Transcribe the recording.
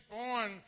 born